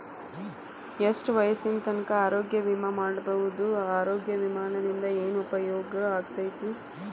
ಎಷ್ಟ ವಯಸ್ಸಿನ ತನಕ ಆರೋಗ್ಯ ವಿಮಾ ಮಾಡಸಬಹುದು ಆರೋಗ್ಯ ವಿಮಾದಿಂದ ಏನು ಉಪಯೋಗ ಆಗತೈತ್ರಿ?